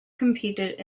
competed